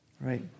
right